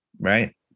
Right